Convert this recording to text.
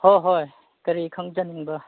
ꯍꯣꯏ ꯍꯣꯏ ꯀꯔꯤ ꯈꯪꯖꯅꯤꯡꯕ